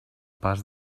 pas